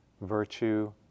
virtue